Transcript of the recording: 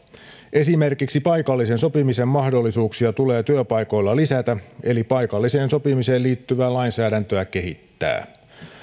esimerkiksi paikallisen sopimisen mahdollisuuksia tulee työpaikoilla lisätä eli paikalliseen sopimiseen liittyvää lainsäädäntöä kehittää